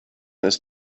ist